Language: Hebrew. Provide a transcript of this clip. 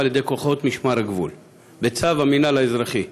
על-ידי כוחות משמר הגבול בצו המינהל האזרחי,